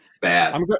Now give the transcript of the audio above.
Bad